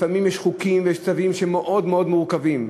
כי לפעמים יש חוקים ויש צווים שהם מאוד מאוד מורכבים,